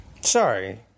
Sorry